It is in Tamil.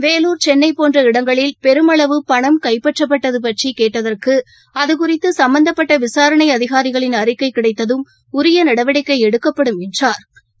வேலூர் சென்னைபோன்ற இடங்களில் பெருமளவு பணம் கைப்பற்றப்பட்டதுபற்றிகேட்டதற்கு அது பற்றிசும்பந்தப்பட்டவிசாரணை அதிகாரிகளின் அறிக்கைகிடைத்ததும் உரியநடவடிக்கைஎடுக்கப்படும் என்றா்